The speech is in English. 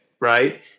right